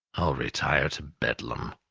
i'll retire to bedlam.